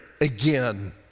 again